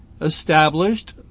established